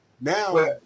Now